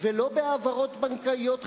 ולא בהעברות בנקאיות חשאיות,